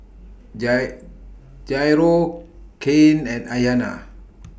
Jairo Cain and Ayana